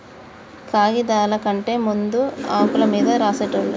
కాగిదాల కంటే ముందు ఆకుల మీద రాసేటోళ్ళు